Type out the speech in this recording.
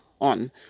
on